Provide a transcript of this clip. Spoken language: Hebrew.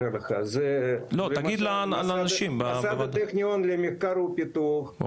מוסד הטכניון למחקר ופיקוח,